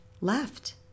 left